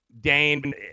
Dane